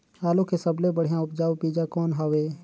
आलू के सबले बढ़िया उपजाऊ बीजा कौन हवय?